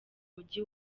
mugi